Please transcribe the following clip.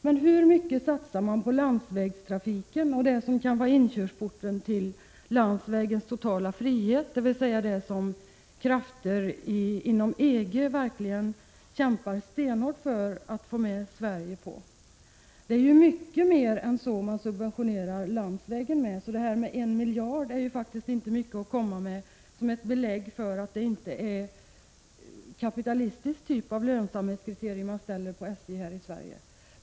Men hur mycket satsar man på landsvägstrafiken och det som kan vara inkörsporten till landsvägens totala frihet, dvs. det som krafter inom EG kämpar stenhårt för att få med Sverige på? Det är mycket mer än en miljard som man subventionerar landsvägstrafiken med — en miljard är faktiskt inte mycket att komma med som belägg för att det inte är en kapitalistisk typ av lönsamhetskriterier man anlägger på SJ.